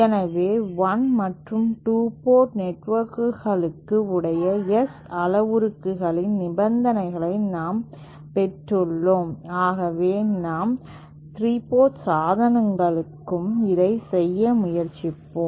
எனவே 1 மற்றும் 2 போர்ட் நெட்வொர்க்குகள் உடைய S அளவுருக்களின் நிபந்தனைகளை நாம் பெற்றுள்ளோம் ஆகவே நாம் 3 போர்ட் சாதனங்களுக்கும் இதைச் செய்ய முயற்சிப்போம்